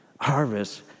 harvest